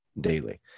daily